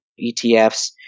ETFs